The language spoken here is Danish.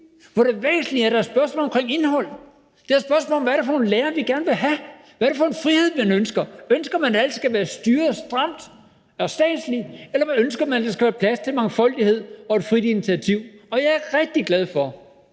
hvor det væsentlige da er spørgsmålet omkring indholdet; det er da spørgsmålet om, hvad det er for nogle lærere, vi gerne vil have; hvad det er for en frihed, man ønsker. Ønsker man, at alt skal være styret stramt og statsligt, eller ønsker man, at der skal være plads til mangfoldighed og et frit initiativ? Og jeg er rigtig glad for,